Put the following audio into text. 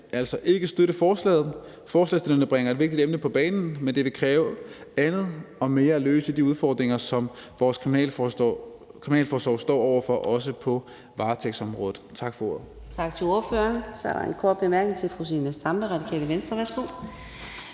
altså ikke støtte forslaget. Forslagsstillerne bringer et vigtigt emne på banen, men det vil kræve andet og mere at løse de udfordringer, som vores kriminalforsorg står over for, også på varetægtsområdet.